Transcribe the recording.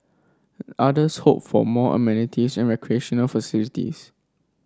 others hoped for more amenities and recreational facilities